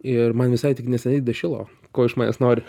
ir man visai tik neseniai dašilo ko iš manęs nori